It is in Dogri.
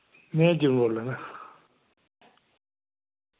में बोल्ला ना